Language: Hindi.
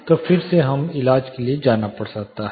तो फिर से हमें इलाज के लिए जाना पड़ सकता है